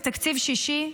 זה תקציב שישי,